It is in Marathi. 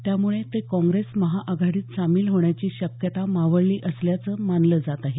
त्यामुळे ते काँग्रेस महाआघाडीत सामील होण्याची शक्यता मावळली असल्याचं मानलं जात आहे